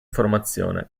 formazione